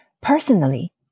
Personally